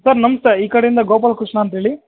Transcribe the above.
sir ನಮಸ್ತೆ ಈ ಕಡೆಯಿಂದ ಗೋಪಾಲ್ ಕೃಷ್ಣ ಅಂತೇಳಿ